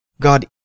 God